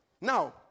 Now